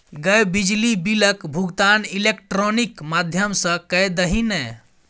गै बिजली बिलक भुगतान इलेक्ट्रॉनिक माध्यम सँ कए दही ने